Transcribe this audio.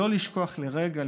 לא לשכוח לרגע,